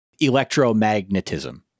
electromagnetism